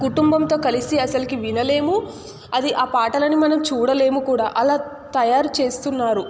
కుటుంబంతో కలిసి అసలుకి వినలేము అది ఆ పాటలని మనం చూడలేము కూడా అలా తయారు చేస్తున్నారు